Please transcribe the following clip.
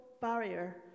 barrier